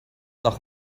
nach